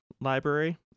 library